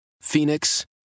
Phoenix